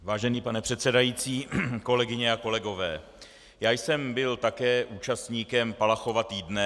Vážený pane předsedající, kolegyně a kolegové, já jsem byl také účastníkem Palachova týdne.